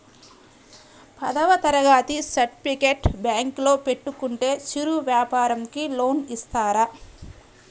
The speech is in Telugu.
పదవ తరగతి సర్టిఫికేట్ బ్యాంకులో పెట్టుకుంటే చిరు వ్యాపారంకి లోన్ ఇస్తారా?